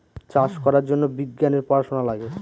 চাষ করার জন্য বিজ্ঞানের পড়াশোনা লাগে